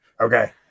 Okay